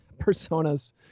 Persona's